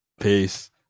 peace